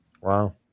Wow